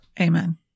Amen